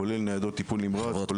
כולל ניידות טיפול נמרץ.